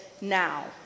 now